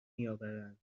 میآورند